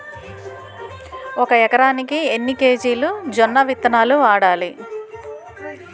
ఒక ఎకరానికి ఎన్ని కేజీలు జొన్నవిత్తనాలు వాడాలి?